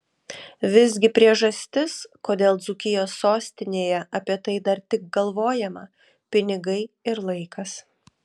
visgi priežastis kodėl dzūkijos sostinėje apie tai dar tik galvojama pinigai ir laikas